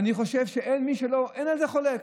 אין על זה חולק.